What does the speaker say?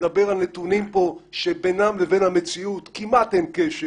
מדבר על נתונים פה שבינם לבין המציאות כמעט אין קשר.